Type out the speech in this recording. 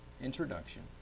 introduction